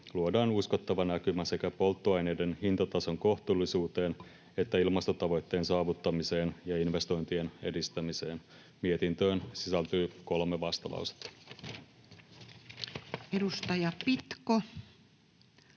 luodaan uskottava näkymä sekä polttoaineiden hintatason kohtuullisuuteen että ilmastotavoitteen saavuttamiseen ja investointien edistämiseen. Mietintöön sisältyy kolme vastalausetta.